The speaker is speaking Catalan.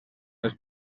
les